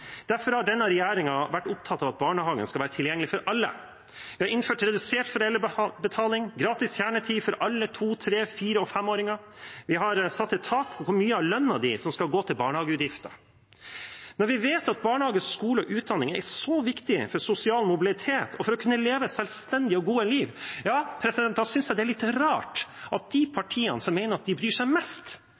derfor har denne regjeringen vært opptatt av at barnehagen skal være tilgjengelig for alle. Vi har innført redusert foreldrebetaling og gratis kjernetid for alle to-, tre-, fire- og femåringer. Vi har satt et tak på hvor mye av lønnen som skal gå til barnehageutgifter. Når vi vet at barnehage, skole og utdanning er så viktig for sosial mobilitet, og for å kunne leve selvstendige og gode liv, da synes jeg det er litt rart at de partiene som mener at de bryr seg mest